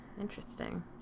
Interesting